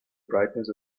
brightness